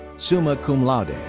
summa cum laude. and